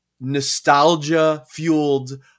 nostalgia-fueled